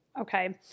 Okay